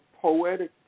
poetic